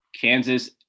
Kansas